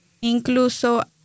Incluso